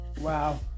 Wow